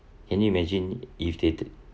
can you imagine if they